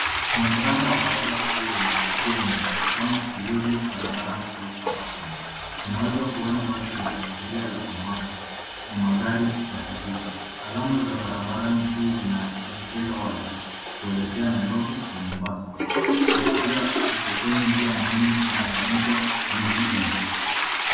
Mwonekano wa barabara kuu yenye njia nyingi kama zilivyo barabara kuu hapa Kenya. Unaweza kuona basi la abiria la samawati na magari yakipita. Alama za barabarani juu zinaelekeza wazi kuelekea Nairobi na Mombasa kuashiria tuko kwenye njia muhimu inayounganisha miji hii.